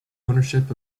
ownership